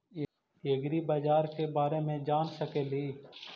ऐग्रिबाजार के बारे मे जान सकेली?